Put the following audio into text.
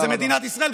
כשזה מדינת ישראל,